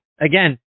again